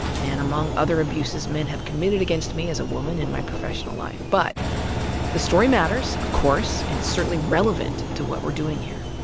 and among other abuses that men have committed against me as a woman in my professional life. but the story matters, of course, and it's certainly relevant to what we're doing here.